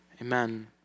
amen